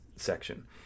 section